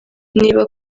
niba